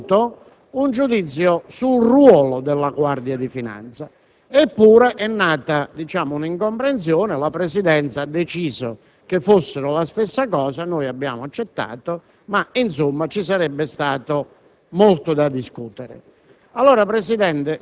e in assoluto un giudizio sul ruolo della Guardia di finanza. Eppure è nata un'incomprensione: la Presidenza ha deciso che fossero la stessa cosa, noi abbiamo accettato tale decisione, ma insomma ci sarebbe stato molto da discutere.